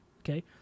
Okay